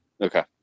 Okay